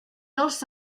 dels